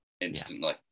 instantly